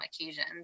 occasions